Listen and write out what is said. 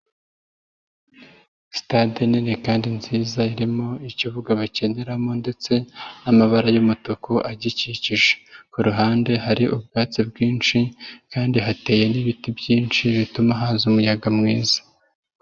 Sitade nini kandi nziza irimo ikibuga bakiniramo ndetse n'amabara y'umutuku agikikije, ku ruhande hari ubwatsi bwinshi kandi hateye n'ibiti byinshi bituma haza umuyaga mwiza.